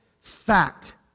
fact